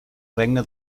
regne